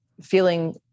feeling